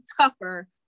tougher